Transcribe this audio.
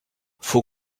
faut